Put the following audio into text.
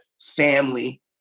family